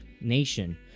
nation